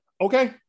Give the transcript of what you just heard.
okay